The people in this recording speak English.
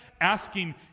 asking